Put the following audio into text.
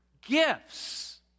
gifts